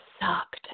sucked